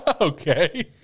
Okay